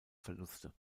verluste